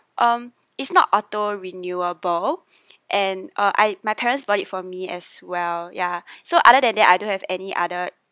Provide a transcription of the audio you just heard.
um it's not auto renewable and uh I my parents bought it for me as well ya so other than that I don't have any other